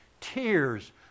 tears